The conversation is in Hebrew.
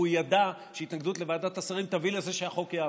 הוא ידע שהתנגדות בוועדת השרים תביא לזה שהחוק יעבור.